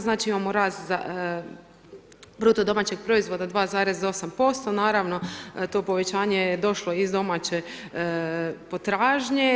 Znači, imamo rast za, bruto domaćeg proizvoda 2,8%, naravno, to povećanje je došlo iz domaće potražnje.